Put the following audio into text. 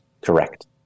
correct